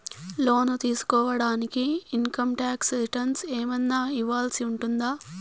లోను తీసుకోడానికి income tax returns ఏమన్నా ఇవ్వాల్సి ఉంటుందా